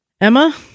Emma